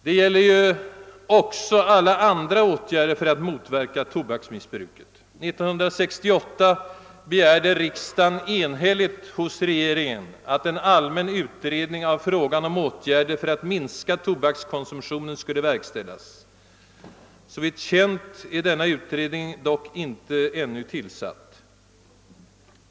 Det gäller ju också alla andra åtgärder för att motverka tobaksmissbruket. År 1968 begärde riksdagen enhälligt hos regeringen att en allmän utredning av frågan om åtgärder för att minska tobakskonsumtionen skulle verkställas. Såvitt känt är denna utredning dock ännu inte tillsatt.